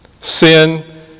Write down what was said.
sin